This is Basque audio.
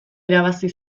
irabazi